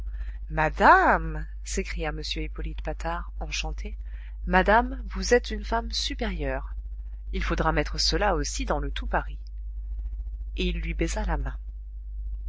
collectionneur madame s'écria m hippolyte patard enchanté madame vous êtes une femme supérieure il faudra mettre cela aussi dans le tout paris et il lui baisa la main